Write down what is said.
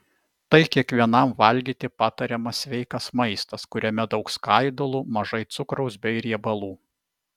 tai kiekvienam valgyti patariamas sveikas maistas kuriame daug skaidulų mažai cukraus bei riebalų